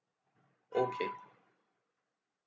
okay